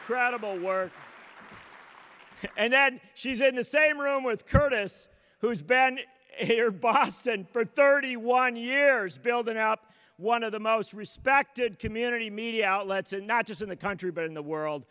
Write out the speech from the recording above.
credible work and then she's in the same room with curtis who's been here boston for thirty one years building up one of the most respected community media outlets in not just in the country but in the world